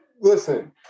Listen